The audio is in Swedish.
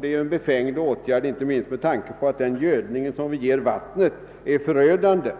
Det är ju en befängd åtgärd, inte minst med tanke på att den gödning som vi ger vattnet är förödande.